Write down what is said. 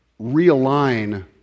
realign